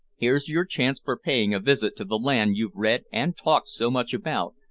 here's your chance for paying a visit to the land you've read and talked so much about,